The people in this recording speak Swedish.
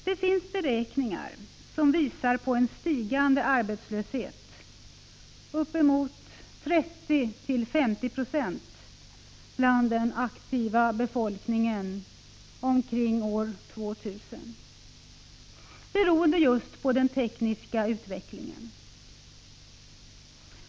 Det finns beräkningar som visar på en stigande arbetslöshet, uppemot 30-50 26 bland den aktiva befolkningen omkring år 2000, beroende på just den tekniska utvecklingen.